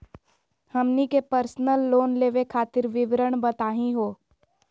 हमनी के personal loan लेवे खातीर विवरण बताही हो?